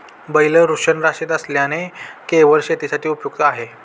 बैल वृषणरहित असल्याने केवळ शेतीसाठी उपयुक्त आहे